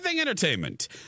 entertainment